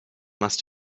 must